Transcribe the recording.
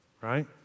right